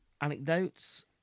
anecdotes